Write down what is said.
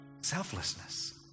Selflessness